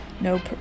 No